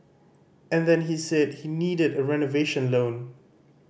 and then he said he needed a renovation loan